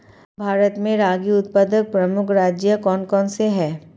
भारत में रागी उत्पादक प्रमुख राज्य कौन कौन से हैं?